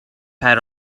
pad